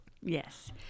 Yes